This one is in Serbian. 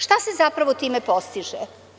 Šta se zapravo time postiže?